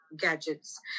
gadgets